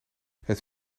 het